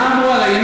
מה אמרו לי?